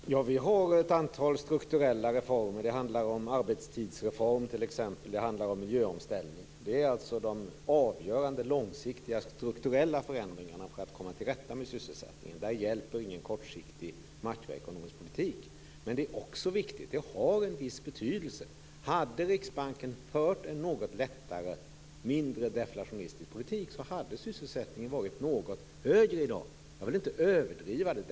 Fru talman! Vi har ett antal strukturella reformer. Det handlar om en arbetstidsreform t.ex. Det handlar om miljöomställning. Det är alltså de avgörande, långsiktiga, strukturella förändringarna för att komma till rätta med sysselsättningen. Där hjälper ingen kortsiktig makroekonomisk politik. Men det är också viktigt. Det har en viss betydelse. Hade Riksbanken fört en något lättare, mindre deflationistisk, politik hade sysselsättningen varit något högre i dag. Jag vill inte överdriva det.